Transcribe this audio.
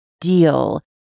deal